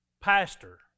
Pastor